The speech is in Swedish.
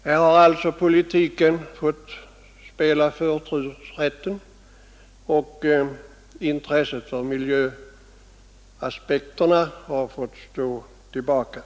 Här har alltså politiken fått förtursrätten, och intresset för miljöaspekterna har fått stå tillbaka.